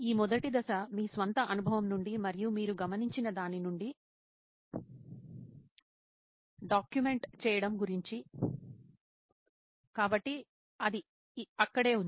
ఈ మొదటి దశ మీ స్వంత అనుభవం నుండి మరియు మీరు గమనించిన దాని నుండి డాక్యుమెంట్ చేయడం గురించి కాబట్టి అది అక్కడే ఉంది